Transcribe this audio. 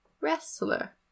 wrestler